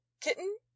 Kitten